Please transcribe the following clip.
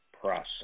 process